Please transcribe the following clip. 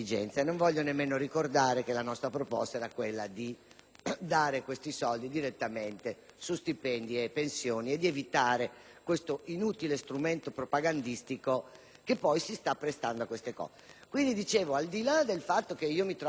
elargire questi soldi direttamente su stipendi e pensioni, evitando questo inutile strumento propagandistico, che poi si sta prestando ai suddetti episodi. Quindi, al di là del fatto che - come dicevo - mi trovi nelle condizioni di doverle riproporre la questione,